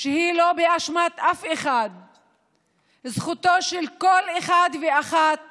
שהיא לא באשמת אף אחד זכותו של כל אחד ואחת